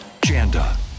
Janda